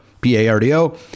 P-A-R-D-O